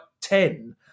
ten